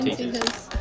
teachers